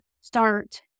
start